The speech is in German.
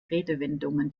redewendungen